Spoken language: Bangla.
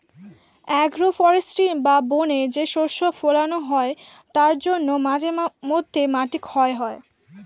আগ্রো ফরেষ্ট্রী বা বনে যে শস্য ফোলানো হয় তার জন্য মাঝে মধ্যে মাটি ক্ষয় হয়